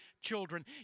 children